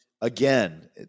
Again